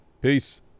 Peace